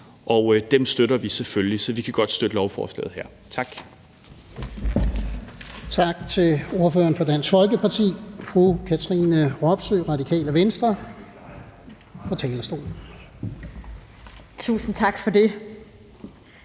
og dem støtter vi selvfølgelig, så vi kan godt støtte lovforslaget her. Tak.